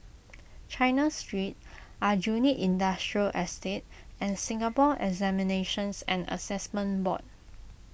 China Street Aljunied Industrial Estate and Singapore Examinations and Assessment Board